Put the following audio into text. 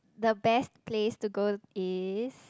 the best place to go is